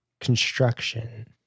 construction